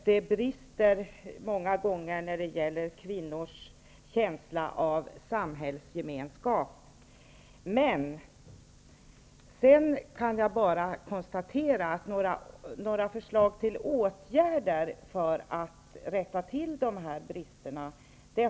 Det brister många gånger i kvinnors känsla av samhällsgemenskap. Däremot har inte Karin Israelsson och tydligen inte heller regeringen några förslag till åtgärder för att rätta till bristerna.